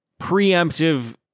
preemptive